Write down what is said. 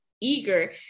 eager